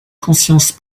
conscience